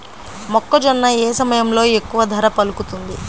మొక్కజొన్న ఏ సమయంలో ఎక్కువ ధర పలుకుతుంది?